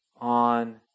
on